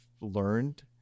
learned